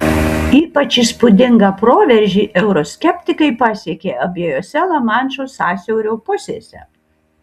ypač įspūdingą proveržį euroskeptikai pasiekė abiejose lamanšo sąsiaurio pusėse